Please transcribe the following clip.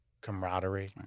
camaraderie